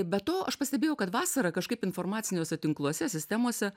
be to aš pastebėjau kad vasara kažkaip informaciniuose tinkluose sistemose